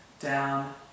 down